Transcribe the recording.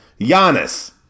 Giannis